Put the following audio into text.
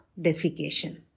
defecation